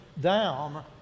down